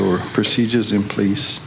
or procedures in place